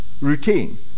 routine